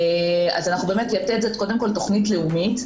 אז "יתד" זו קודם כל תוכנית לאומית,